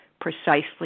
precisely